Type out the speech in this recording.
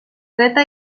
dreta